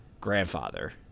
grandfather